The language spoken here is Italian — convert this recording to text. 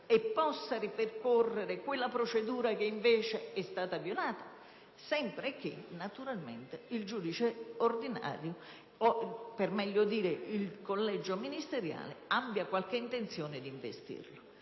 e possa ripercorrere quella procedura che invece è stata violata? Sempre che, naturalmente, il giudice ordinario o, per meglio dire, il collegio per i reati ministeriali abbia qualche intenzione di investirla.